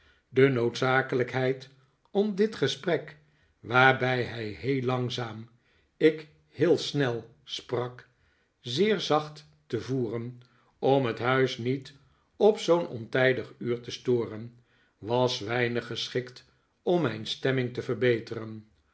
de noodzakelijkheid om dit gesprek waarbij hij heel langzaam ik heel snel sprak zeer zacht te voeren om het huis niet op zpo'n ontijdig uur te storen was weinig geschikt om mijn stemming te verbeteren